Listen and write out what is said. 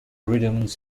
rhythms